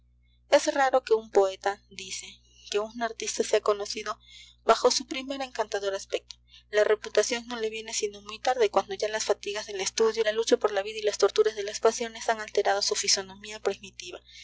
es raro que un poeta dice que un artista sea conocido bajo su primer encantador aspecto la reputación no le viene sino muy tarde cuando ya las fatigas del estudio la lucha por la vida y las torturas de las pasiones han alterado su fisonomía primitiva